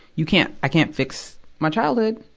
you can't, i can't fix my childhood,